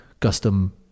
custom